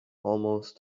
almost